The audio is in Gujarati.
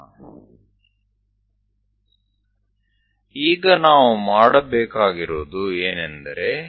1 માંથી CD ને સમાંતર એક લીટી દોરો